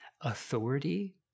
authority